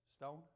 stone